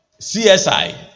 CSI